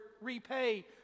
repay